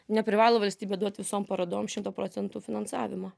neprivalo valstybė duot visom parodom šimto procentų finansavimą